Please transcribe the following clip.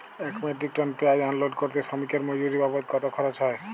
এক metric ton পেঁয়াজ unload করতে শ্রমিকের মজুরি বাবদ কত খরচ হয়?